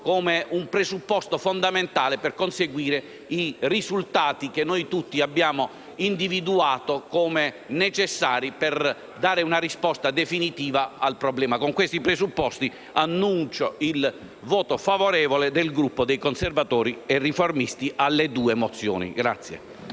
- un presupposto fondamentale per conseguire i risultati che noi tutti abbiamo individuato come necessari per dare una risposta definitiva al problema. Con questi presupposti annuncio il voto favorevole del Gruppo Conservatori e Riformisti alle due mozioni.